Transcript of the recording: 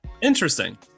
Interesting